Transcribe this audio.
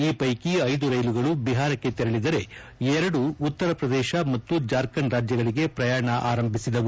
ಈ ಪೈಕಿ ಐದು ರೈಲುಗಳು ಬಿಹಾರಕ್ಕೆ ತೆರಳಿದರೆ ಎರಡು ಉತ್ತರ ಪ್ರದೇಶ ಮತ್ತು ಜಾರ್ಖಂಡ್ ರಾಜ್ಯಗಳಿಗೆ ಪ್ರಯಾಣ ಆರಂಭಿಸಿದವು